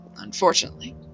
unfortunately